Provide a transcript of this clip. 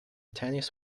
tennis